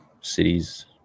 cities